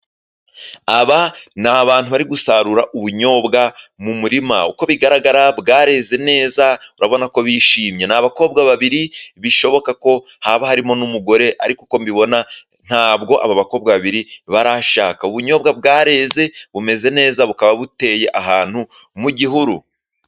Aba, ni abantu bari gusarura ubunyobwa mu murima . Uko bigaragara, bweze neza. Urabona ko bishimye , ni abakobwa babiri bishoboka ko haba harimo n'umugore . Ariko, uko mbibona , ntabwo aba bakobwa babiri barashaka! Ubunyobwa bwareze , bumeze neza. Bukaba buteye ahantu mu gihuru.